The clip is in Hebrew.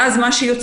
ואז מה שיוצא,